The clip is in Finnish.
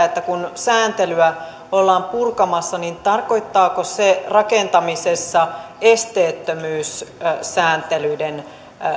että kun sääntelyä ollaan purkamassa niin tarkoittaako se rakentamisessa esteettömyyssääntelyiden